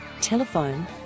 telephone